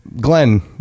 Glenn